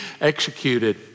executed